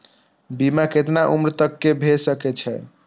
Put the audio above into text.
बीमा केतना उम्र तक के भे सके छै?